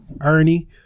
Ernie